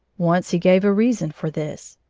once he gave a reason for this.